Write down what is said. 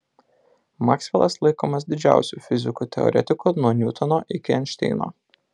maksvelas laikomas didžiausiu fiziku teoretiku nuo niutono iki einšteino